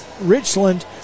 Richland